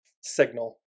signal